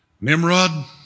Nimrod